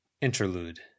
Interlude